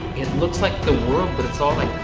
looks like the world but it's all like,